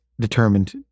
determined